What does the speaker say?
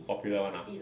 popular [one] ah